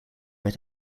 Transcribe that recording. met